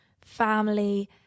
family